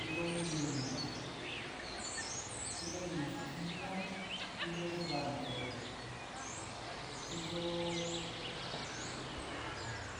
iyo mino, iyo minu stila, iyo yuva ntoo, iyo.